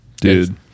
Dude